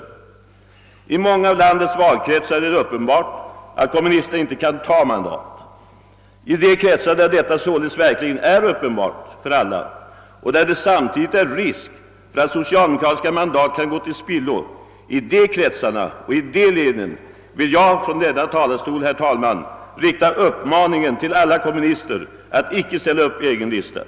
Det är uppenbart att kommunisterna i många av landets valkretsar inte kan ta mandat. Beträffande de kretsar och de län där detta läge verkligen står klart för alla och där det samtidigt är risk för att socialdemokratiska mandat går till spillo vill jag, herr talman, från denna talarstol rikta en uppmaning till alla kommunister att icke ställa upp med egen lista.